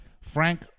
Frank